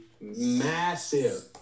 massive